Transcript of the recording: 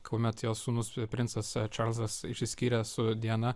kuomet jos sūnus princas čarlzas išsiskyrė su diana